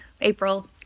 April